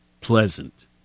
pleasant